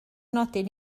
nodyn